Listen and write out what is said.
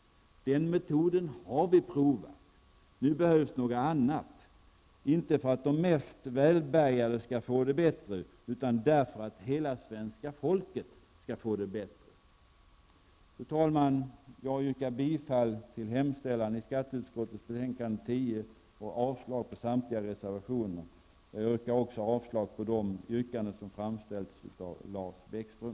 Den metoden har vi provat. Nu behövs det något annat -- men inte därför att de mest välbärgade skall få det bättre, utan därför att hela svenska folket skall få det bättre. Fru talman! Jag yrkar bifall till hemställan i skatteutskottets betänkande 10 och avslag på samtliga reservationer. Jag yrkar också avslag på de yrkanden som framställts av Lars Bäckström.